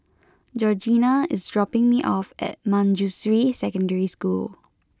Georgeanna is dropping me off at Manjusri Secondary School